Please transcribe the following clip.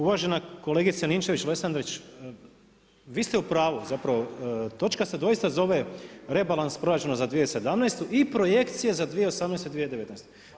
Uvažena kolegice Ninčević-Lesandrić, vi ste u pravu, zapravo, točka se doista zove rebalans proračuna za 2017. i projekcije za 2018. i 2019.